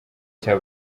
cya